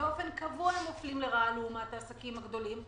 באופן קבוע הם מופלים לרעה לעומת העסקים הגדולים.